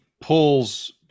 pulls